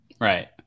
Right